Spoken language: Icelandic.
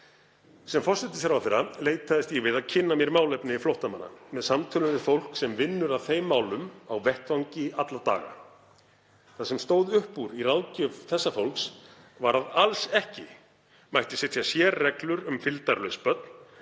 Sem forsætisráðherra leitaðist ég við að kynna mér málefni flóttamanna með samtölum við fólk sem vinnur að þeim málum á vettvangi alla daga. Það sem stóð upp úr í ráðgjöf þessa fólks var að alls ekki mætti setja sérreglur um fylgdarlaus börn